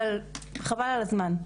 אבל חבל על הזמן.